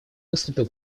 выступил